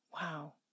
Wow